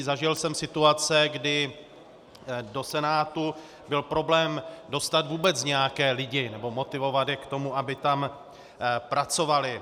Zažil jsem situace, kdy do senátu byl problém dostat vůbec nějaké lidi, motivovat je k tomu, aby tam pracovali.